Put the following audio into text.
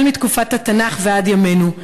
מתקופת התנ"ך ועד ימינו.